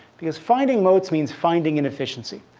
because finding motes means finding an efficiency.